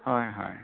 হয় হয়